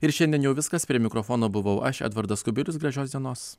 ir šiandien jau viskas prie mikrofono buvau aš edvardas kubilius gražios dienos